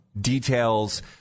details